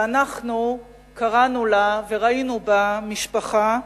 ואנחנו קראנו לה וראינו בה משפחה,